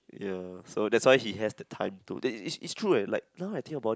ya so that's why he has the time to it's it's true ya now that I think about it